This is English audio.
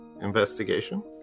Investigation